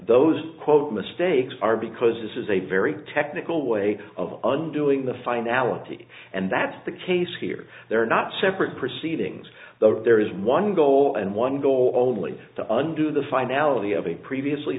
those quote mistakes are because this is a very technical way of underling the finality and that's the case here they're not separate proceedings but there is one goal and one goal only to under the finality of a previously